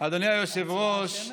אדוני היושב-ראש,